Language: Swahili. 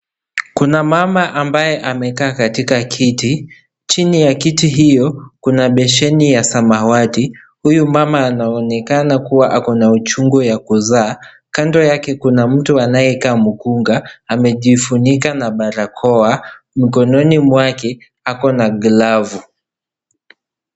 Kuna mama ambaye amekaa katika kiti, chini ya kiti hiyo kuna besheni ya samawati huyu mama anaonekana kuwa akona uchungu ya kuzaa, kando yake kuna mtu anayekaa mkunga amejifunika na barakoa mkononi mwake ako na glavu.